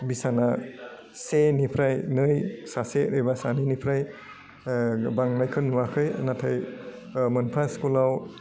बिसाना सेनिफ्राय नै सासे एबा सानैनिफ्राय बांनायखौ नुआखै नाथाय मोनफा स्कुलाव